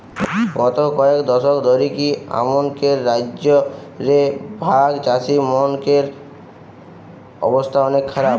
গত কয়েক দশক ধরিকি আমানকের রাজ্য রে ভাগচাষীমনকের অবস্থা অনেক খারাপ